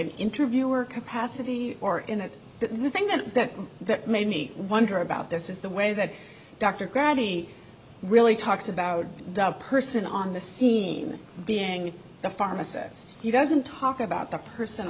an interview or capacity or in it but the thing that that that made me wonder about this is the way that dr grabby really talks about the person on the scene being the pharmacist he doesn't talk about the person